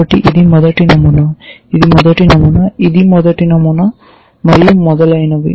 కాబట్టి ఇది మొదటి నమూనా ఇది మొదటి నమూనా ఇది మొదటి నమూనా మరియు మొదలైనవి